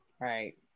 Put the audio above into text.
Right